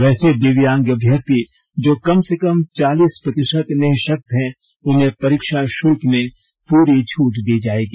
वैसे दिव्यांग अभ्यर्थी जो कम से कम चालीस प्रतिशत निःशक्त हैं उन्हें परीक्षा शुल्क में पूरी छूट दी जायेगी